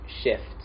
shifts